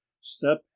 step